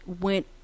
went